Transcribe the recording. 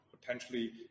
potentially